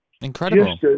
incredible